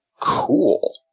Cool